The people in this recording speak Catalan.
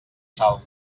salt